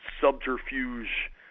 subterfuge